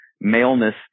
Maleness